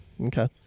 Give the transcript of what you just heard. Okay